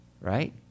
right